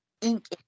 Ink